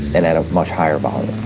and at a much higher volume